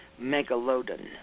megalodon